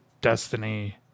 destiny